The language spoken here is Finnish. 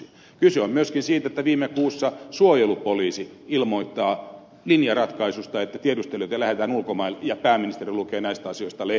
kyse on myöskin siitä että viime kuussa suojelupoliisi ilmoittaa linjaratkaisusta että tiedustelijoita lähetetään ulkomaille ja pääministeri lukee näistä asioista lehdestä